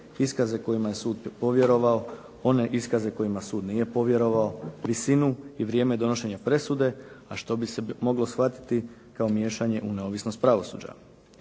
iskaze kojima je sud povjerovao, one iskaze kojima sud nije povjerovao, visinu i vrijeme donošenja presude a što bi se moglo shvatiti kao miješanje u neovisnost pravosuđa.